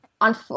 on